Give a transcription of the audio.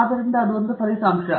ಆದ್ದರಿಂದ ಅದು ಒಂದು ಫಲಿತಾಂಶ